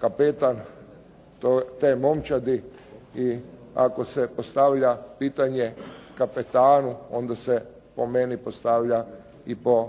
kapetan te momčadi. I ako se postavlja pitanje kapetanu, onda se po meni postavlja i po